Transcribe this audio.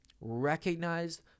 recognize